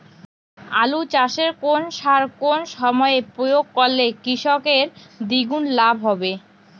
আলু চাষে কোন সার কোন সময়ে প্রয়োগ করলে কৃষকের দ্বিগুণ লাভ হবে?